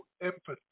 empathy